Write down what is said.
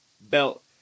belt